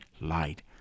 light